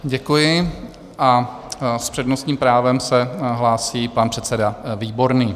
Děkuji a s přednostním právem se hlásí pan předseda Výborný.